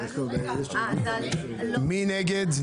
מי נגד?